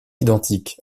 identiques